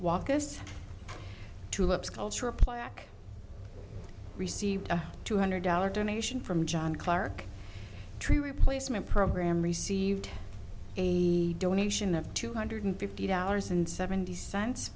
walker's tulips culture a play received a two hundred dollars donation from john clarke tree replacement program received a donation of two hundred fifty dollars and seventy cents